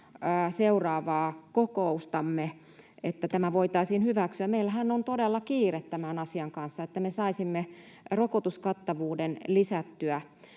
seuraavaa kokoustamme, että tämä voitaisiin hyväksyä? Meillähän on todella kiire tämän asian kanssa, jotta me saisimme rokotuskattavuutta lisättyä.